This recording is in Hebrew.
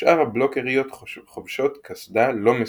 ושאר הבלוקריות חובשות קסדה לא מסומנת.